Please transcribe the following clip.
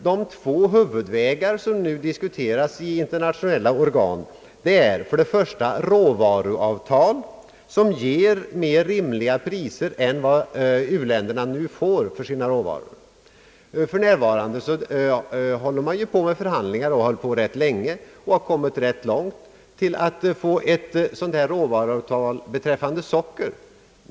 De två huvudvägar som nu diskuteras i internationella organ är för det första råvaruavtal, som ger mera rimliga priser än vad u-länderna nu får för sina råvaror, för det andra s.k. kompensatorisk finansiering. För närvarande håller man på med förhandlingar som pågått rätt länge och som har kommit rätt långt, i syfte att få till stånd ett råvaruavtal beträffande socker.